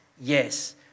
yes